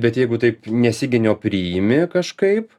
bet jeigu taip nesigini o priimi kažkaip